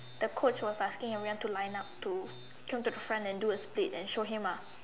the coach was asking everyone to line up to come to the front and do a split and show him ah